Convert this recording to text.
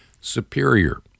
superior